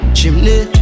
Chimney